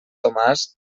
tomàs